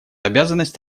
обязанность